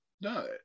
No